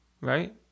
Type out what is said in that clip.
right